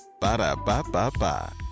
Ba-da-ba-ba-ba